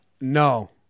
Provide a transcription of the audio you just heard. No